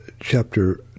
chapter